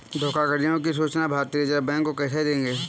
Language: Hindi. धोखाधड़ियों की सूचना भारतीय रिजर्व बैंक को कैसे देंगे?